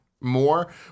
more